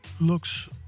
looks